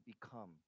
become